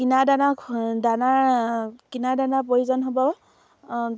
কিনা দানা দানা কিনা দানাৰ প্ৰয়োজন হ'ব